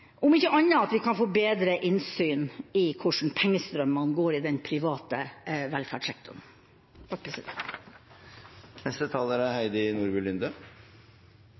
om ikke annet at vi kan få bedre innsyn i hvordan pengestrømmene går i den private velferdssektoren. Samfunnet står overfor krevende samfunnsutfordringer de neste